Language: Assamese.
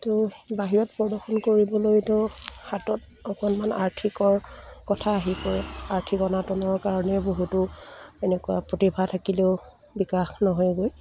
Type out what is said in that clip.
তো বাহিৰত প্ৰদৰ্শন কৰিবলৈতো হাতত অকণমান আৰ্থিকৰ কথা আহি পৰে আৰ্থিক অনাটনৰ কাৰণে বহুতো এনেকুৱা প্ৰতিভা থাকিলেও বিকাশ নহয়গৈ